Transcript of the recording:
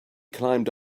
climbed